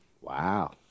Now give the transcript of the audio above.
Wow